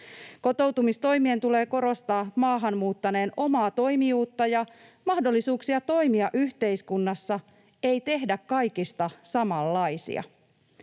Kotoutumistoimien tulee korostaa maahan muuttaneen omaa toimijuutta ja mahdollisuuksia toimia yhteiskunnassa. Ei tehdä kaikista samanlaisia.